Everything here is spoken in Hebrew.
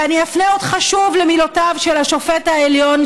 ואני אפנה אותך שוב למילותיו של שופט העליון.